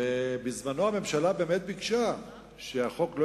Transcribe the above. בזמנה הממשלה באמת ביקשה שהחוק לא